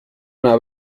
una